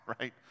right